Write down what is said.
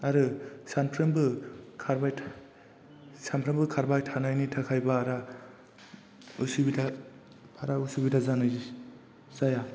आरो सानफ्रोमबो खारबाय थानायनि थाखाय बारा असुबिदा जानाय जाया